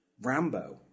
Rambo